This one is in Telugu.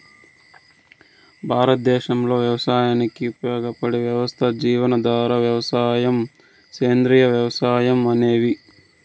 భారతదేశంలో వ్యవసాయానికి ఉపయోగపడే వ్యవస్థలు జీవనాధార వ్యవసాయం, సేంద్రీయ వ్యవసాయం అనేవి